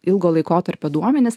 ilgo laikotarpio duomenys